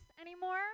anymore